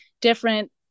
different